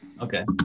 Okay